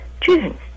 June